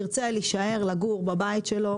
ירצה להישאר לגור בבית שלו.